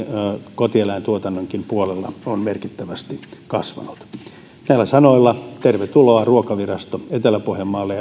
kotieläintuotannonkin puolella on merkittävästi kasvanut näillä sanoilla tervetuloa ruokavirasto etelä pohjanmaalle